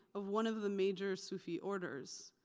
of one of the major sufi orders,